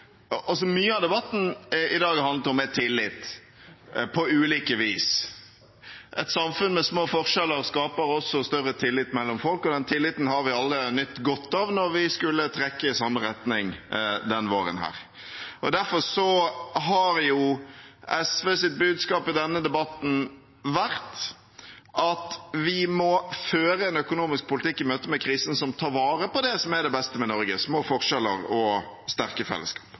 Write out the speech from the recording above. også større tillit mellom folk. Den tilliten har vi alle nytt godt av når vi har skullet trekke i samme retning denne våren. Derfor har SVs budskap i denne debatten vært at vi må føre en økonomisk politikk i møte med krisen som tar vare på det som er det beste med Norge: små forskjeller og sterke fellesskap.